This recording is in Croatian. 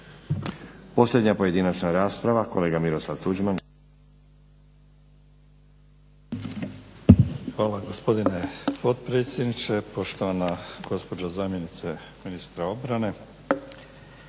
Posljednja pojedinačna rasprava kolega Miroslav Tuđman. **Tuđman, Miroslav (HDZ)** Hvala gospodine potpredsjedniče, poštovana gospođo zamjenice ministra obrane.